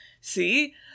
See